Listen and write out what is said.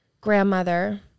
grandmother